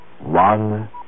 one